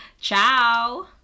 Ciao